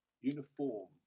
uniform